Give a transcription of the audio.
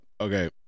okay